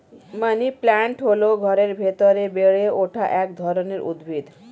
money plant হল ঘরের ভেতরে বেড়ে ওঠা এক ধরনের উদ্ভিদ